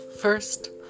First